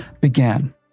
began